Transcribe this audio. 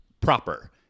Proper